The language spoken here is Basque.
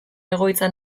egoitza